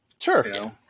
Sure